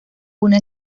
una